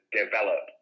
develop